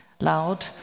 loud